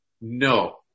No